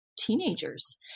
teenagers